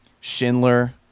Schindler